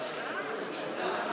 לשמולי,